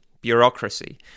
bureaucracy